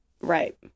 right